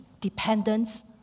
dependence